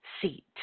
seat